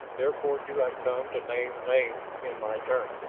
therefore do i come to name names in my turn.